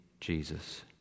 Jesus